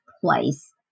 place